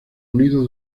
unidos